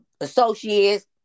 associates